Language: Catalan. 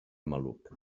maluc